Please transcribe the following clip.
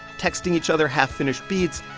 texting each other half-finished beats,